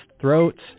throats